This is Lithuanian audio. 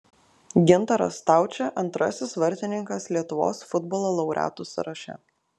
gintaras staučė antrasis vartininkas lietuvos futbolo laureatų sąraše